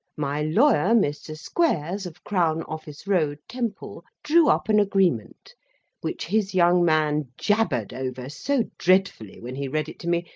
my lawyer, mr. squares, of crown office row temple, drew up an agreement which his young man jabbered over so dreadfully when he read it to me,